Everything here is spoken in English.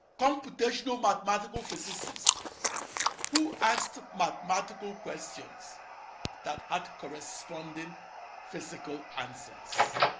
computational mathematical physicist who asked but mathematical questions that had corresponding physical answers.